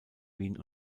wien